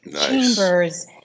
chambers